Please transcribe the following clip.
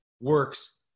works